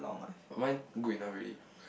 but mine good enough already